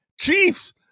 Chiefs